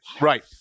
right